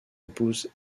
épouse